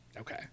okay